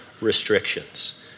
restrictions